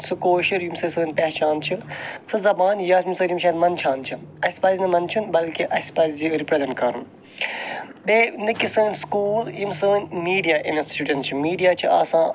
سُہ کٲشُر یمہ سۭتۍ سٲنۍ پہچان چھِ سۄ زَبان یمہ سۭتۍ یِم شاید مَنٛدچھان چھِ اَسہِ پَزِ نہٕ مَنٛدچھُن بلکہِ اَسہِ پَزِ یہِ رِپریٚزنٹ کَرُن بیٚیہِ نِکھ یِم سٲنۍ سکول یِم سٲنۍ میڈیا انسٹِیوشَن چھ میٖڈیا چھِ آسان